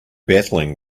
battling